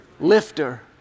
lifter